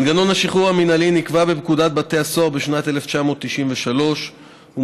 מנגנון השחרור המינהלי נקבע בפקודת בתי הסוהר בשנת 1993. הוא